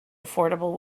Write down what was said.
affordable